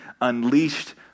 unleashed